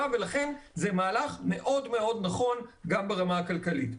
ולכן זה מהלך נכון מאוד גם ברמה הכלכלית.